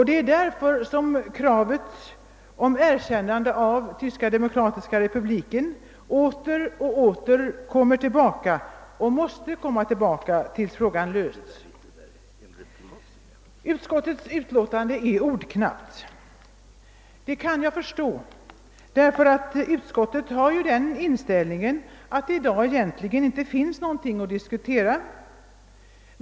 Det är därför som kravet om erkännande av DDR åter och åter kommer tillbaka och måste komma tillbaka tills frågan lösts. Utskottets utlåtande är ordknappt. Det kan jag förstå, då utskottet har den inställningen att det i dag egentligen inte finns någonting att diskutera.